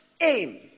aim